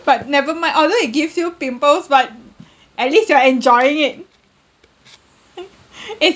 but never mind although it gives you pimples but at least you're enjoying it